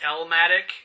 Elmatic